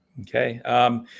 Okay